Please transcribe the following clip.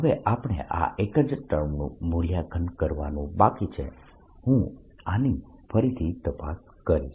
હવે આપણે આ એક જ ટર્મનું મૂલ્યાંકન કરવાનું બાકી છે અને હું આની ફરીથી તપાસ કરીશ